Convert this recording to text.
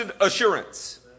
assurance